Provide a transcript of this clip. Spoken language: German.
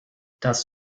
das